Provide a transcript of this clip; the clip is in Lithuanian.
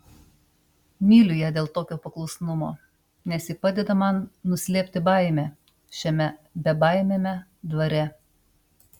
myliu ją dėl tokio paklusnumo nes ji padeda man nuslėpti baimę šiame bebaimiame dvare